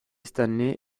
stanley